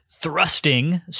thrusting